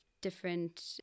different